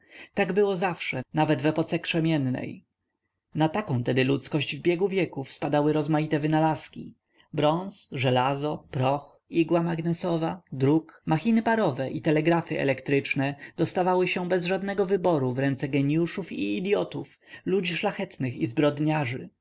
tak było zawsze nawet w epoce krzemiennej na taką tedy ludzkość w biegu wieków spadały rozmaite wynalazki bronz żelazo proch igła magnesowa druk machiny parowe i telegrafy elektryczne dostawały się bez żadnego wyboru w ręce geniuszów i idyotów ludzi szlachetnych i zbrodniarzy